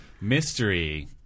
Mystery